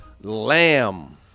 Lamb